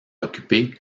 occupé